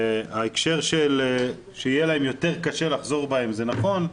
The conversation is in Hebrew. ההקשר שיהיה להם יותר קשה לחזור בהם זה נכון,